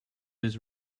his